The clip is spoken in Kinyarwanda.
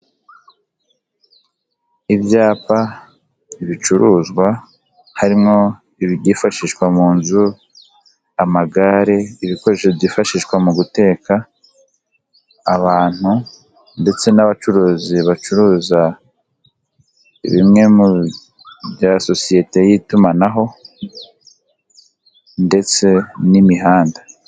Ibyapa, ibicuruzwa, harimo ibyifashishwa mu nzu, amagare, ibikoresho byifashishwa mu guteka, abantu ndetse n'abacuruzi bacuruza bimwe mu bya sosiyete y'itumanaho ndetse n'imihanda.